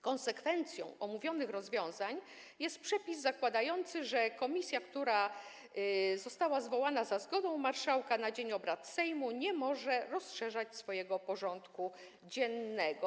Konsekwencją omówionych rozwiązań jest przepis zakładający, że komisja, która została zwołana za zgodą marszałka na dzień obrad Sejmu, nie może rozszerzać swojego porządku dziennego.